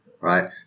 right